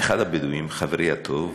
אחד הבדואים, חברי הטוב,